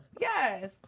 Yes